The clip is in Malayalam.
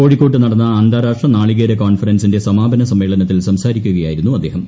കോഴിക്കോട്ട് നടന്ന അന്താരാഷ്ട്ര നാളികേര കോൺഫറൻസിന്റെ സമാപനസമ്മേളനത്തിൽ സംസാരിക്കുക്യായിരുന്നു അദ്ദേഹം